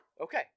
Okay